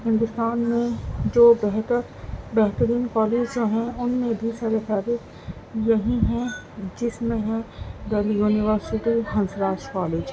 ہندوستان میں جو بہتر بہترین کالج جو ہیں ان میں بھی سرفہرست یہیں ہیں جس میں ہے دہلی یونیورسٹی ہنس راج کالج